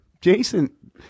Jason